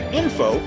info